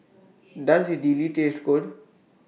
Does Idili Taste Good